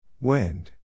Wind